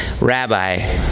Rabbi